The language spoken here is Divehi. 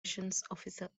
އޮފިސަރ